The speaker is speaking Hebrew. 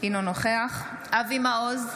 אינו נוכח אבי מעוז,